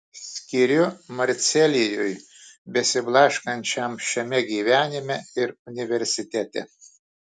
skiriu marcelijui besiblaškančiam šiame gyvenime ir universitete